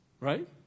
right